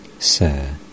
Sir